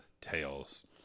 tails